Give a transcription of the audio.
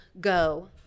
go